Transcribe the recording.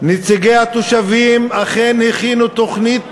נציגי התושבים אכן הכינו תוכנית